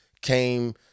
came